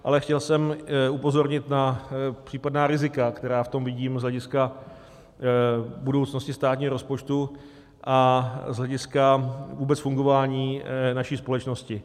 Ale chtěl jsem upozornit na případná rizika, která v tom vidím z hlediska budoucnosti státního rozpočtu a z hlediska vůbec fungování naší společnosti.